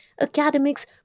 academics